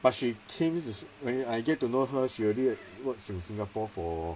but she came when I get to know her she already works in singapore for